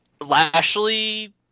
Lashley